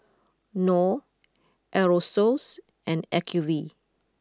Knorr Aerosoles and Acuvue